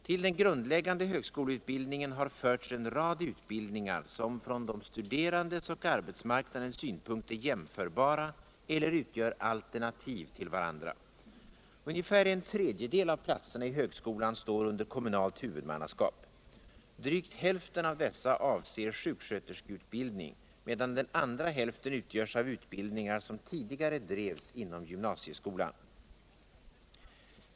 Till den grundläggande högskoleutbildningen har förts en rad utbildningar som från de studerandes och arbetsmarknadens synpunkt är jämförbara eller utgör alternativ till varandra. Ungefär en tredjedel av pkutserna i högskolan står under kommunalt huvudmannaskap. Drygt hälften av dessa avser sjuksköterskeutbildning, medan den andra hälften utgörs av utbildningar som tidigare drevs inom gymnasieskolan.